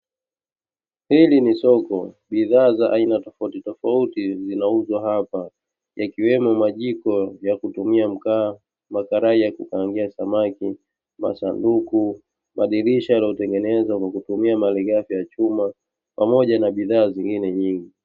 Hili ni soko bidhaa za aina tofautitofauti zinauzwa hapa yakiwemo; majiko ya kutumia mkaa, makarai ya kukaangia samaki, masanduku, madirisha yaliyotengenezwa kwa kutumia malighafi ya chuma pamoja na bidhaa zengine nyingi.